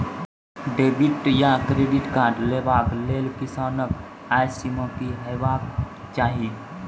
Debit या credit card लेवाक लेल किसानक आय सीमा की हेवाक चाही?